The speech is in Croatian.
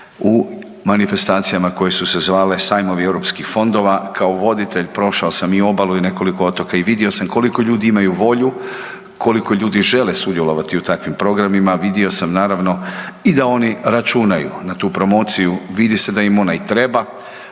u manifestacijama koje su se zvali Sajmovi EU fondova. Kao voditelj, prošao sam i obalu i nekoliko otoka i vidio sam koliko ljudi imaju volju, koliko ljudi žele sudjelovati u takvim programima, vidio sam, naravno, i da oni računaju na tu promociju, vidi se da im ona i treba,